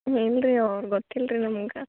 ಇಲ್ಲರಿ ಅವ್ರು ಗೊತ್ತಿಲ್ಲ ರೀ ನಮ್ಗೆ